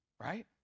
Right